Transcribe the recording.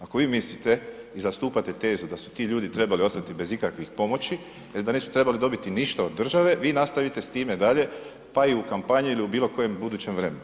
Ako vi mislite i zastupate tezu da su ti ljudi trebali ostati bez ikakvih pomoći ili da nisu trebali dobiti ništa od države, vi nastavite s time dalje, pa i u kampanji ili bilo kojem budućem vremenu.